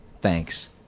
Thanks